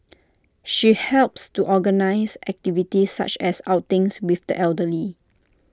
she helps to organise activities such as outings with the elderly